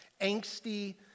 angsty